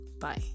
bye